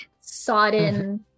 sodden